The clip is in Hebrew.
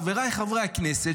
חבריי חברי הכנסת,